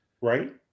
right